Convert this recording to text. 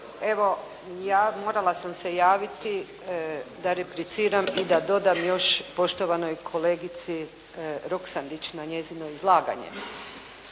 evo ja, morala sam se javiti da repliciram i da dodam još poštovanoj kolegici Roksandić na njezino izlaganje.